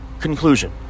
conclusion